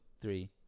three